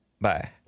Bye